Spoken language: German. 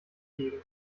geben